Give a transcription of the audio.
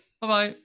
Bye-bye